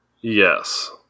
yes